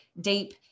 deep